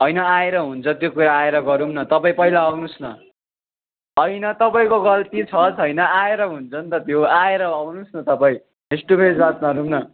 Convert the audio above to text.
होइन आएर हुन्छ त्यो कुरा आएर गरौँ न तपाईँ पहिला आउनु होस् न होइन तपाईँको गल्ती छ छैन आएर हुन्छ नि त त्यो आएर आउनु होस् न तपाईँ फेस टु फेस बात मारौँ न